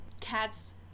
Cats